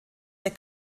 der